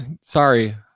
sorry